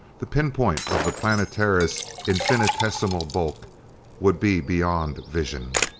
the pinpoint of the planetara's infinitesimal bulk would be beyond vision.